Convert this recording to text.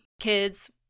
kids